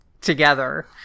together